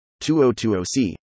2020C